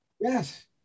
Yes